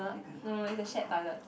no in the shared toilet